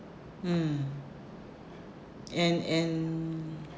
mm and and